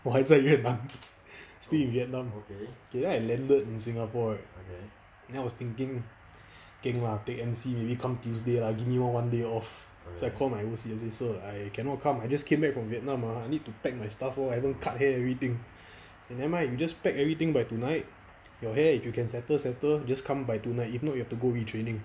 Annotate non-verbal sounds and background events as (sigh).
我还在云南 (laughs) still in vietnam then I landed in singapore right then I was thinking geng ah take M_C maybe come tuesday lah give me one day off so I call my O_C I say sir I cannot come I just came back from vietnam ah I need to pack my stuff lor haven't cut hair everything he say never mind you just pack everything by tonight your hair if you can settle settle just come by tonight if not you have to go retraining